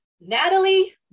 Natalie